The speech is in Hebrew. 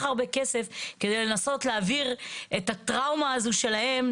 הרבה כסף כדי לנסות להעביר את הטראומה הזאת שלהם,